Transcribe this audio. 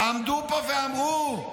עמדו פה ואמרו,